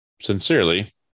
Sincerely